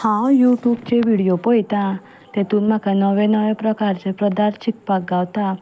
हांव यूट्युबचेर विडिओ पळयतां तेतून म्हाका नवे नवे प्रकारचे पदार्थ शिकपाक गावता